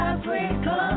Africa